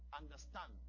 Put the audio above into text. understand